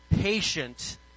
patient